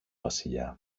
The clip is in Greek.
βασιλιά